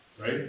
right